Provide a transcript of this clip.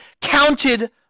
counted